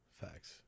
Facts